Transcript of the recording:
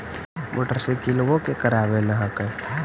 मोटरसाइकिलवो के करावे ल हेकै?